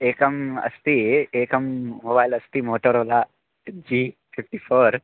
एकम् अस्ति एकं मोबैल् अस्ति मोटोरोला सिक्जि फ़िफ़्टि फ़ोर्